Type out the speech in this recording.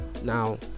now